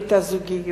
ברית הזוגיות,